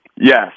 Yes